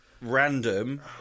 random